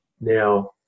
Now